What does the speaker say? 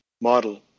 model